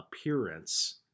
appearance